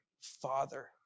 Father